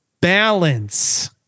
balance